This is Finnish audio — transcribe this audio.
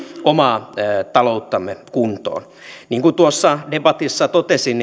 omaa talouttamme kuntoon niin kuin tuossa debatissa totesin